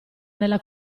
nella